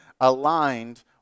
aligned